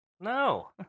No